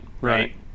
Right